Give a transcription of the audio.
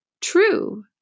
true